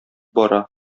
бара